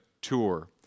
Tour